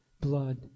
blood